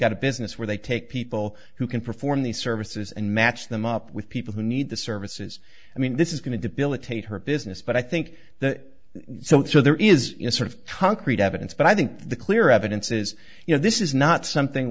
got a business where they take people who can perform these services and match them up with people who need the services i mean this is going to debilitate her business but i think that so there is a sort of concrete evidence but i think the clear evidence is you know this is not something